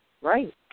Right